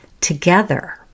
together